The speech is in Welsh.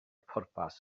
pwrpas